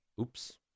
Oops